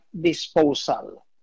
disposal